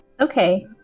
Okay